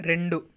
రెండు